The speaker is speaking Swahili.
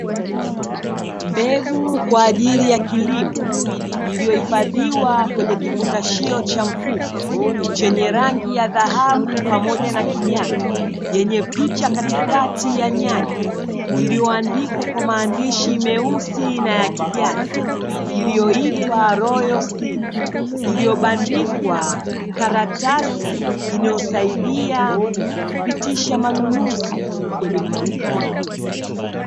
Mbegu kwa ajili ya kilimo iliyohifadhiwa kwenye kifungashio cha mfuko chenye rangi ya dhahabu pamoja na kijani, yenye picha katikati ya nyanya iliyoandikwa kwa maandishi meusi na ya kijani iliyoitwa "royal seed", iliyobandikwa karatasi inayosaidia kupitisha manunuzi kwenye maduka makubwa.